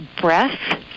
breath